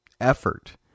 effort